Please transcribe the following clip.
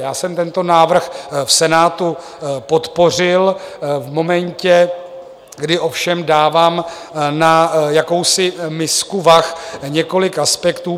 Já jsem tento návrh v Senátu podpořil v momentě, kdy ovšem dávám na jakousi misku vah několik aspektů.